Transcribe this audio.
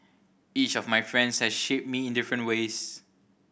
each of my friends has shaped me in different ways